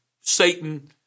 Satan